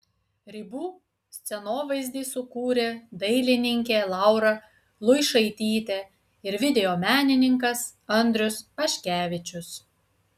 ribų scenovaizdį sukūrė dailininkė laura luišaitytė ir video menininkas andrius paškevičius